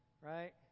right